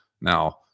Now